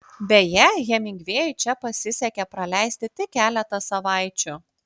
beje hemingvėjui čia pasisekė praleisti tik keletą savaičių